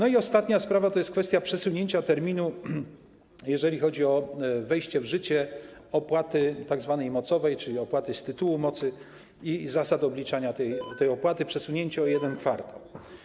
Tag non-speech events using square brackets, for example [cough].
Ostatnia sprawa to jest kwestia przesunięcia terminu, jeżeli chodzi o wejście w życie opłaty tzw. mocowej, czyli opłaty z tytułu mocy, i zasad obliczania [noise] tej opłaty, przesunięcia o jeden kwartał.